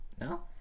No